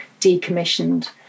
decommissioned